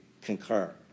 concur